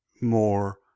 more